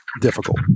difficult